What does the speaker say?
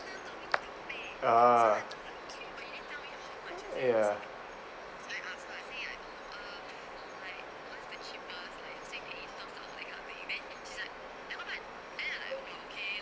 ah ya